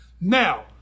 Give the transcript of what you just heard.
Now